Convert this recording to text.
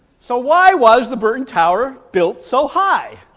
so why was the burton tower built so high?